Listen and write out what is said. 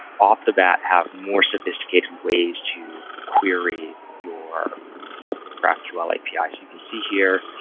off the bat have more sophisticated ways to query your graphql api. you can see here,